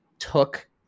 took